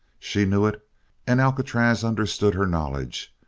she knew it and alcatraz understood her knowledge,